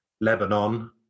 Lebanon